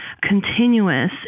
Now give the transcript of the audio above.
continuous